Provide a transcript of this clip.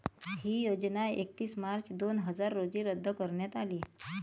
ही योजना एकतीस मार्च दोन हजार रोजी रद्द करण्यात आली